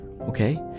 okay